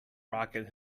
rocket